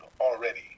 already